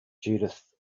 judith